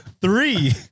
Three